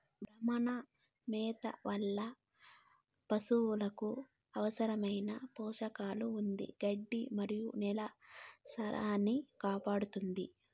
భ్రమణ మేత వలన పసులకు అవసరమైన పోషకాలు అంది గడ్డి మరియు నేల సారాన్నికాపాడుతుంది